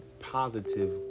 positive